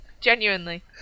Genuinely